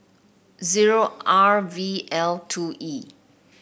zero R V L two E